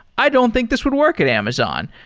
i don't think this would work at amazon.